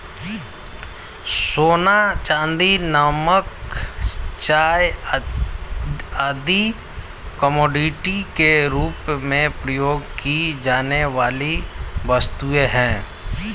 सोना, चांदी, नमक, चाय आदि कमोडिटी के रूप में प्रयोग की जाने वाली वस्तुएँ हैं